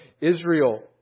Israel